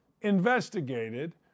investigated